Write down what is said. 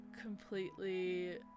completely